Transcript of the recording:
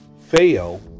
fail